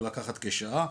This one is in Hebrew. לקחת כשעה,